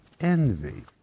envy